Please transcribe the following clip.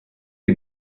you